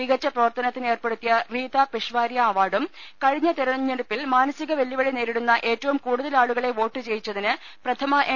മികച്ച പ്രവർത്തനത്തിന് ഏർപ്പെടുത്തിയ റീതാ പെഷ്വാരിയ അവാർഡും കഴിഞ്ഞ തെരഞ്ഞെടുപ്പിൽ മാനസിക വെല്ലുവിളി നേരിടുന്ന ഏറ്റവും കൂടുതൽ ആളു കളെ വോട്ട് ചെയ്യിച്ചതിന് പ്രഥമ എൻ